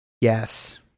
Yes